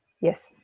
Yes